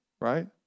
right